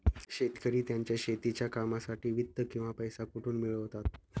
शेतकरी त्यांच्या शेतीच्या कामांसाठी वित्त किंवा पैसा कुठून मिळवतात?